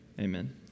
amen